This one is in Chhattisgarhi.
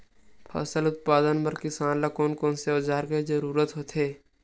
फसल उत्पादन बर किसान ला कोन कोन औजार के जरूरत होथे?